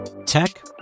Tech